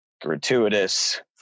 gratuitous